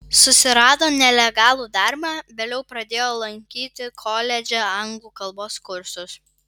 susirado nelegalų darbą vėliau pradėjo lankyti koledže anglų kalbos kursus